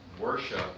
worship